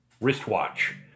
wristwatch